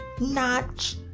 notch